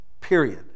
Period